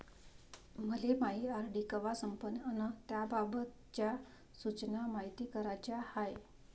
मले मायी आर.डी कवा संपन अन त्याबाबतच्या सूचना मायती कराच्या हाय